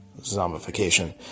zombification